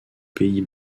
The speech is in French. pays